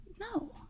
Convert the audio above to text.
No